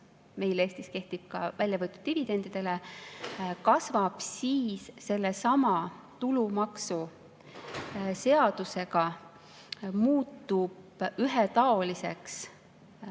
meil Eestis kehtib ka välja võetavatele dividendidele, kasvavad, siis sellesama tulumaksuseadusega muutub ühetaoliseks